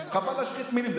אז חבל להשחית מילים.